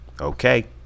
Okay